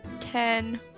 ten